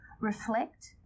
reflect